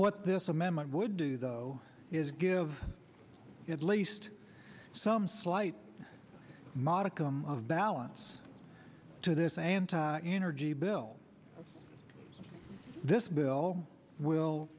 what this amendment would do though is give at least some slight modicum of balance to this and energy bill this bill will